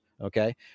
okay